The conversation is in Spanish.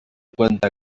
cuenta